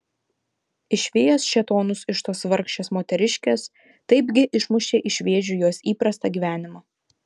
išvijęs šėtonus iš tos vargšės moteriškės taipgi išmušei iš vėžių jos įprastą gyvenimą